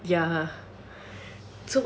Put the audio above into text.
ya